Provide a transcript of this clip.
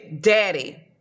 daddy